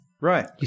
Right